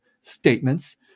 statements